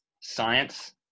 science